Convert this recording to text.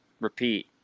repeat